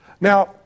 Now